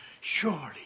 Surely